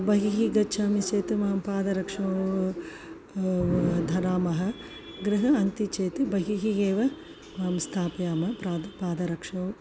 बहिः गच्छामि चेत् मा पादरक्षा धरामः गृह अन्ते चेत् बहिः एव वयं स्थापयामः पाद पादरक्षे